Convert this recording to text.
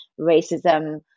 racism